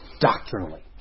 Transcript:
doctrinally